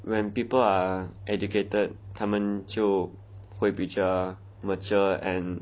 when people are educated 他们就会比较 mature and